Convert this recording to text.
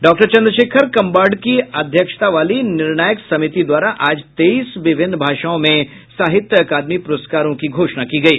doctor Chandrashekhar Kambar की अध्यक्षता वाली निर्णायक समिति द्वारा आज तेईस विभिन्न भाषाओं में साहित्य अकादमी प्रस्कारों की घोषणा की गयी